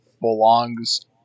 belongs